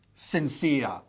sincere